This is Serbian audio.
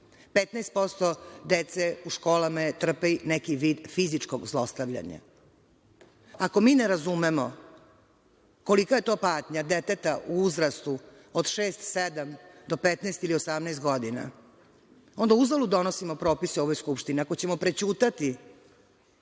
15% dece u školama trpi neki vid fizičkog zlostavljanja. Ako mi ne razumemo kolika je to panja deteta u uzrastu od šest, sedam do 15 ili 18 godina, onda uzalud donosimo propise u ovoj Skupštini, ako ćemo prećutati